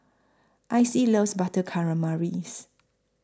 Icey loves Butter Calamaris